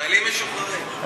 חיילים משוחררים.